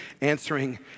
answering